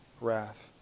wrath